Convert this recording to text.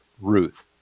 Ruth